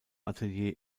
atelier